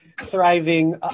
thriving